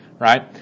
right